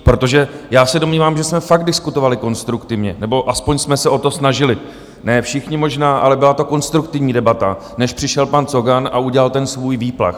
Protože já se domnívám, že jsme fakt diskutovali konstruktivně, nebo aspoň jsme se o to snažili, ne všichni možná, ale byla to konstruktivní debata, než přišel pan Cogan a udělal ten svůj výplach.